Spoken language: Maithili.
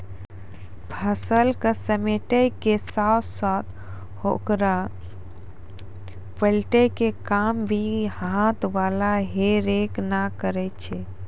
फसल क समेटै के साथॅ साथॅ होकरा पलटै के काम भी हाथ वाला हे रेक न करै छेलै